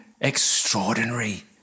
extraordinary